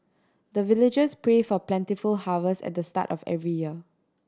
the villagers pray for plentiful harvest at the start of every year